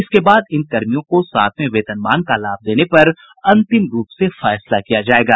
इसके बाद इन कर्मियों को सातवें वेतनमान का लाभ देने पर अंतिम रूप से फैसला किया जायेगा